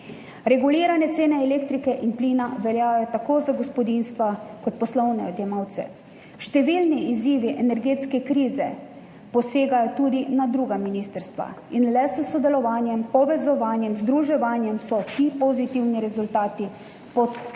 Regulirane cene elektrike in plina veljajo tako za gospodinjstva kot poslovne odjemalce. Številni izzivi energetske krize posegajo tudi na druga ministrstva in le s sodelovanjem, povezovanjem, z združevanjem so ti pozitivni rezultati, pod katero